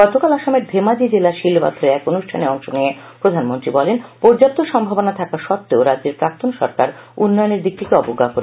গতকাল আসামের ধেমাজি জেলার শিলপাখরে এক অনুষ্ঠানে অংশ নিয়ে প্রধানমন্ত্রী বলেন পর্যাপ্ত সম্ভাবনা থাকা সত্বেও রাজ্যের প্রাক্তন সরকার উন্নয়নের দিকটিকে অবজ্ঞা করেছে